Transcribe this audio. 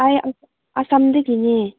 ꯑꯩ ꯑꯁꯥꯝꯗꯒꯤꯅꯦ